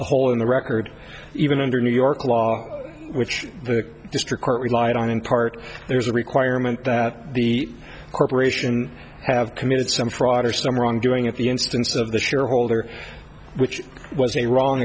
hole in the record even under new york law which the district court relied on in part there's a requirement that the corporation have committed some fraud or some wrongdoing at the instance of the shareholder which was a wrong